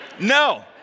No